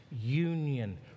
union